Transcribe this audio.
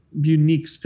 Unique